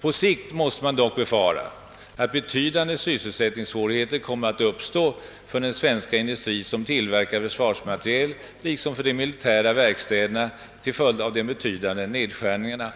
På sikt måste man dock befara att betydande sysselsättningssvårigheter kommer att uppstå för den svenska industri som tillverkar försvarsmateriel likom för de militära verkstäderna till följd av de betydande nedskärningarna.